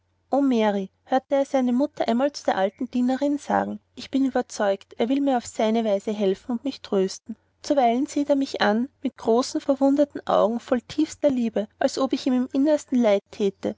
mary hörte er seine mama einmal zu der alten dienerin sagen ich bin überzeugt er will mir auf seine weise helfen und mich trösten zuweilen sieht er mich an mit großen verwunderten augen voll tiefster liebe als ob ich ihm im innersten leid thäte